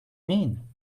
mean